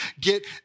get